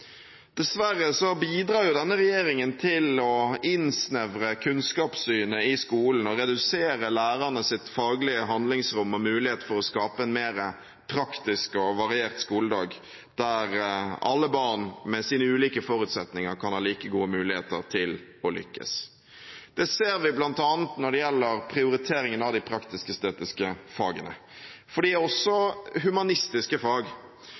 Dessverre bidrar denne regjeringen til å innsnevre kunnskapssynet i skolen og redusere lærernes faglige handlingsrom og mulighet til å skape en mer praktisk og variert skoledag, der alle barn med sine ulike forutsetninger kan ha like gode muligheter til å lykkes. Det ser vi bl.a. når det gjelder prioriteringen av de praktisk-estetiske fagene, for de er også humanistiske fag.